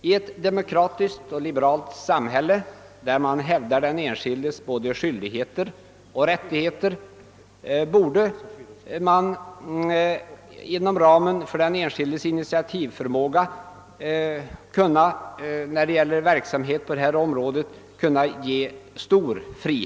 I ett demokratiskt och liberalt samhälle, där man hävdar den enskildes både skyldigheter och rättigheter, borde man inom ramen för den enskildes initiativförmåga kunna ge stor frihet för verksamhet på detta område.